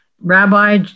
Rabbi